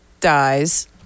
dies